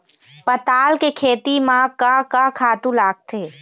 पताल के खेती म का का खातू लागथे?